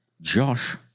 Josh